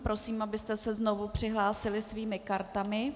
Prosím, abyste se znovu přihlásili svými kartami.